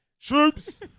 troops